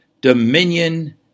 dominion